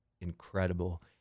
incredible